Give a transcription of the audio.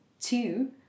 Two